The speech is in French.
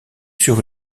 sur